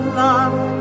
love